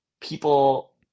people